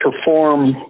perform